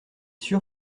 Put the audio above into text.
sûr